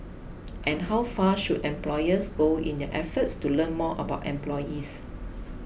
and how far should employers go in their efforts to learn more about employees